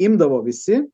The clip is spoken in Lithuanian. imdavo visi